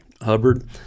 Hubbard